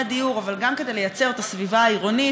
הדיור אבל גם כדי לייצר את הסביבה העירונית,